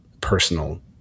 personal